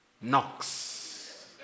knocks